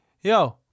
yo